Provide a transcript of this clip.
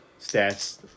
stats